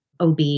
OB